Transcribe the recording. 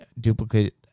duplicate